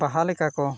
ᱵᱟᱦᱟ ᱞᱮᱠᱟ ᱠᱚ